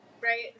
Right